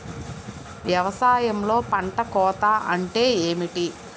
వ్యవసాయంలో పంట కోత అంటే ఏమిటి?